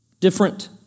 Different